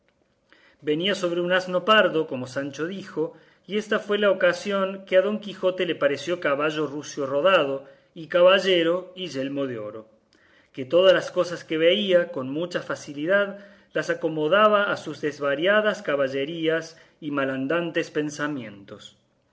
venía sobre un asno pardo como sancho dijo y ésta fue la ocasión que a don quijote le pareció caballo rucio rodado y caballero y yelmo de oro que todas las cosas que veía con mucha facilidad las acomodaba a sus desvariadas caballerías y malandantes pensamientos